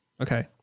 Okay